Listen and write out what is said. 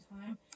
time